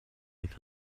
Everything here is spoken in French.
est